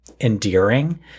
endearing